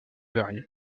varié